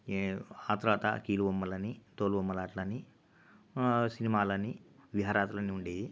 ఆ తరువాత కీలు బొమ్మలని తోలుబొమ్మలాటలు అని సినిమాలని విహారయాత్రలని ఉండేయి